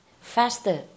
faster